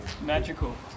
Magical